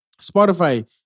Spotify